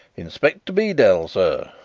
inspector beedel, sir,